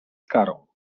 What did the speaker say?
karą